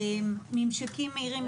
ממשקים מהירים,